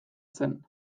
zen